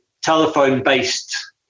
telephone-based